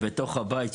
ובתוך הבית,